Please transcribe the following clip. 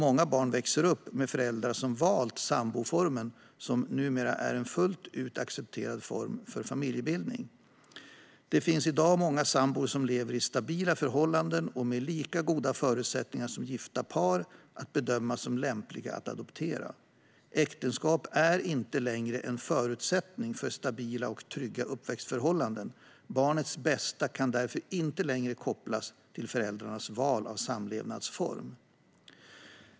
Många barn växer upp med föräldrar som har valt samboformen, som numera är en fullt ut accepterad form för familjebildning. Det finns i dag många sambor som lever i stabila förhållanden och med lika goda förutsättningar som gifta par att bedömas som lämpliga att adoptera. Äktenskap är inte längre en förutsättning för stabila och trygga uppväxtförhållanden. Barnets bästa kan därför inte längre kopplas till föräldrarnas val av samlevnadsform.